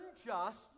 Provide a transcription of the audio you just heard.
unjust